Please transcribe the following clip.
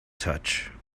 touch